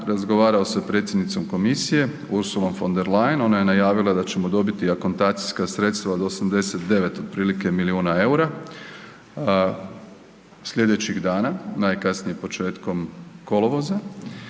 razgovarao sa predsjednicom Komisije Ursulom von den Leyen, ona je najavila da ćemo dobiti akontacijska sredstva od 89 otprilike milijuna eura, sljedećih dana, najkasnije početkom kolovoza,